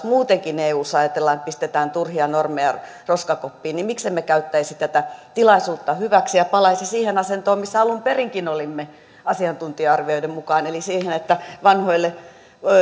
muutenkin eussa ajatellaan että pistetään turhia normeja roskakoppaan niin miksemme käyttäisi tätä tilaisuutta hyväksi ja palaisi siihen asentoon missä alun perinkin olimme asiantuntija arvioiden mukaan eli siihen että vanhoille